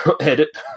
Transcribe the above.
edit